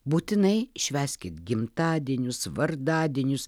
būtinai švęskit gimtadienius vardadienius